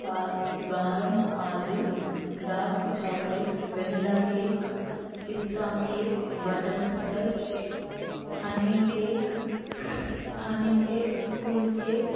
బా badam kaju dark chocolate vanilla cake pista cake butterscotch honey cake honey cake cool cake